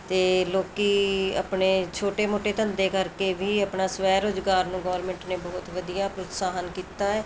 ਅਤੇ ਲੋਕੀ ਆਪਣੇ ਛੋਟੇ ਮੋਟੇ ਧੰਦੇ ਕਰਕੇ ਵੀ ਆਪਣਾ ਸਵੈ ਰੁਜ਼ਗਾਰ ਨੂੰ ਗੌਰਮੈਂਟ ਨੇ ਬਹੁਤ ਵਧੀਆ ਪ੍ਰੋਤਸਾਹਨ ਕੀਤਾ ਹੈ